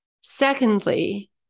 Secondly